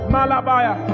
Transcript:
Malabaya